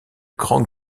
grands